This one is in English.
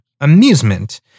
amusement